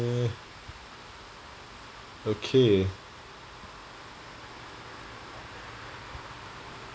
okay